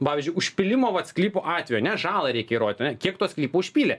pavyzdžiui užpylimo vat sklypo atveju ane žalą reikia įrodyt ane kiek to sklypo užpylė